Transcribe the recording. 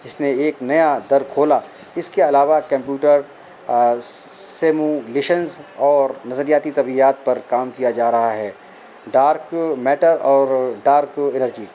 جس نے ایک نیا در کھولا اس کے علاوہ کمپیوٹر سیمولیشنز اور نظریاتی طبیعات پر کام کیا جا رہا ہے ڈارک میٹر اور ڈارک انرجی